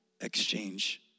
exchange